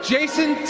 Jason